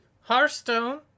Hearthstone